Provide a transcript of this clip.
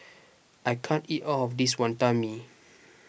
I can't eat all of this Wantan Mee